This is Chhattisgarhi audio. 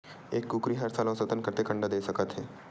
एक कुकरी हर साल औसतन कतेक अंडा दे सकत हे?